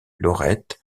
lorette